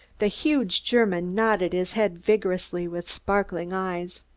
the huge german nodded his head vigorously, with sparkling eyes.